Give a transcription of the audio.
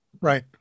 right